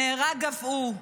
נהרג גם הוא.